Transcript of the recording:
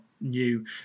new